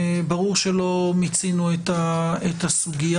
ברור שלא מיצינו את הסוגיה.